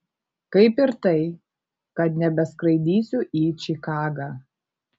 kaip ir tai kad nebeskraidysiu į čikagą